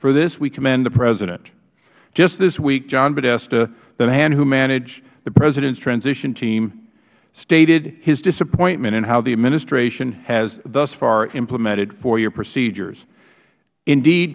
for this we commend the president just this week john podesta the man who managed the president's transition team stated his disappointment in how the administration has thus far implemented foia procedures indeed